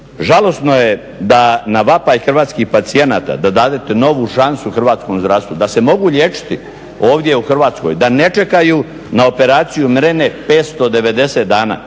Žalosno je da na vapaj hrvatskih pacijenata da dadete novu šansu hrvatskom zdravstvu da se mogu liječiti ovdje u Hrvatskoj, da ne čekaju na operaciju mrene 590 dana,